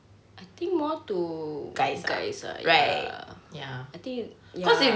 I think more to guys ah ya I think ya